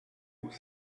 vous